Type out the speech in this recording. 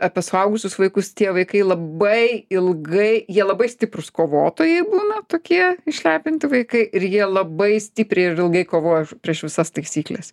apie suaugusius vaikus tie vaikai labai ilgai jie labai stiprūs kovotojai būna tokie išlepinti vaikai ir jie labai stipriai ir ilgai kovoja prieš visas taisykles